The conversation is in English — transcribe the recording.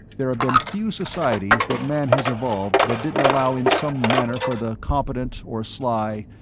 there have been few societies that man has evolved that didn't allow in some manner for the competent or sly,